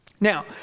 Now